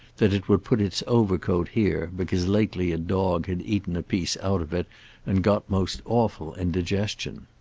that it would put its overcoat here, because lately a dog had eaten a piece out of it and got most awful indigestion.